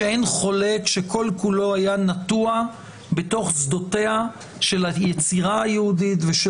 שאין חולק שכול כולו היה נטוע בתוך שדותיה של היצירה היהודית ושל